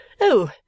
Oh